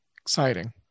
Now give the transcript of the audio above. Exciting